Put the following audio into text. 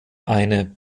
eine